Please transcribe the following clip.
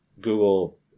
Google